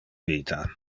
vita